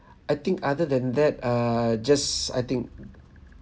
I think other than that err just I think